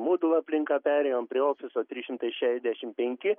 moodle aplinka perėjom prie ofiso trys šimtai šešiasdešim penki